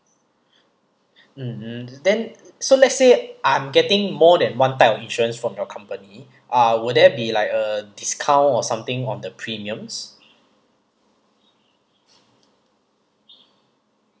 mmhmm then so let's say I'm getting more than one type of insurance from your company uh will there be like a discount or something on the premiums